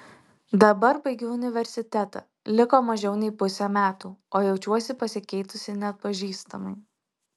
dabar baigiu universitetą liko mažiau nei pusė metų o jaučiuosi pasikeitusi neatpažįstamai